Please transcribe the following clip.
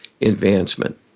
advancement